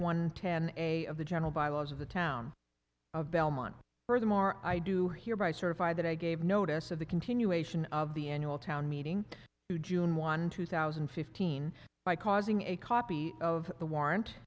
one ten a of the general bylaws of the town of belmont furthermore i do hereby certify that i gave notice of the continuation of the annual town meeting to june one two thousand and fifteen by causing a copy of the warrant